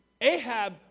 Ahab